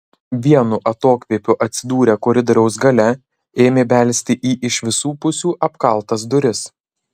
vienu atokvėpiu atsidūrę koridoriaus gale ėmė belsti į iš visų pusių apkaltas duris